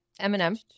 Eminem